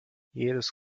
jedes